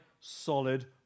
solid